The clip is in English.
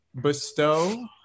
bestow